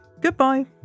Goodbye